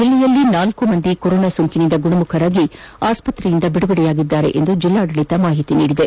ಜಿಲ್ಲೆಯಲ್ಲಿ ನಾಲ್ಕು ಮಂದಿ ಕೊರೋನಾ ಸೋಂಕಿನಿಂದ ಗುಣಮುಖರಾಗಿ ಆಸ್ಪತ್ರೆಯಿಂದ ಬಿಡುಗಡೆಯಾಗಿದ್ದಾರೆ ಎಂದು ಜಿಲ್ಲಾಡಳಿತ ತಿಳಿಸಿದೆ